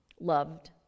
Loved